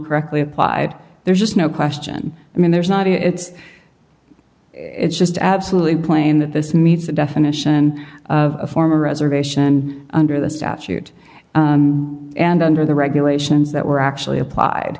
correctly applied there's just no question i mean there's not it's it's just absolutely plain that this meets the definition of a former reservation under the statute and under the regulations that were actually